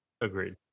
Agreed